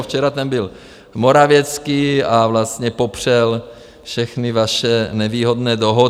Včera tam byl Morawiecki a vlastně popřel všechny vaše nevýhodné dohody.